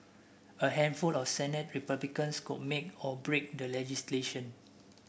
a handful of Senate Republicans could make or break the legislation